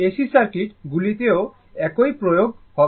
AC circuit গুলিতেও একই প্রযোজ্য হবে